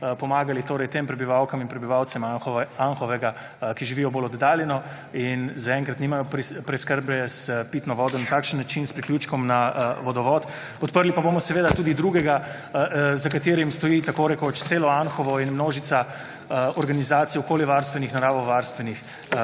pomagali tem prebivalkam in prebivalcem Anhovega, ki živijo bolj oddaljeno in zaenkrat nimajo preskrbe s pitno vodo na takšen način, s priključkom na vodovod. Podprli pa bomo seveda tudi drugega, za katerim stoji tako rekoč celo Anhovo in množica organizacij okoljevarstvenih, naravovarstvenih